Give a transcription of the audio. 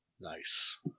Nice